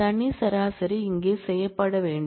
தனி சராசரி இங்கே செய்யப்பட வேண்டும்